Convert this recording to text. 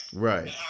Right